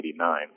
1989